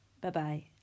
Bye-bye